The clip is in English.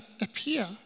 appear